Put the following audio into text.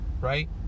right